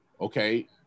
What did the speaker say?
okay